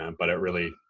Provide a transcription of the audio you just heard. um but it really,